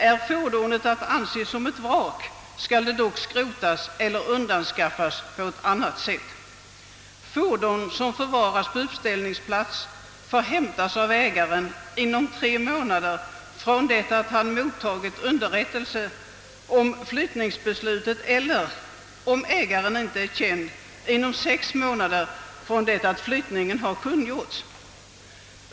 Är fordonet att anse som vrak skall det dock skrotas eller undanskaffas på annat sätt. Fordon som förvaras på uppställningsplats får hämtas av ägaren inom tre månader från det att han mottagit underrättelse om flyttningsbeslutet eller, om ägaren inte är känd, inom sex månader från det att flyttningen kungjorts.